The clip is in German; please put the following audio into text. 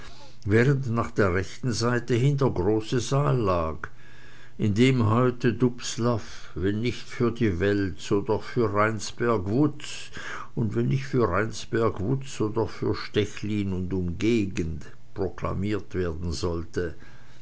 während nach der rechten seite hin der große saal lag in dem heute dubslav wenn nicht für die welt so doch für rheinsberg wutz und wenn nicht für rheinsberg wutz so doch für stechlin und umgegend proklamiert werden sollte